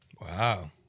wow